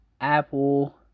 Apple